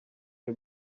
you